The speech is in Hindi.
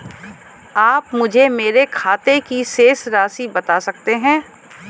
आप मुझे मेरे खाते की शेष राशि बता सकते हैं?